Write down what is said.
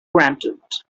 granted